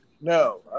No